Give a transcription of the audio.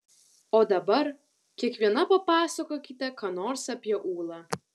o dabar kiekviena papasakokite ką nors apie ūlą